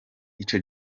ico